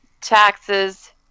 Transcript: taxes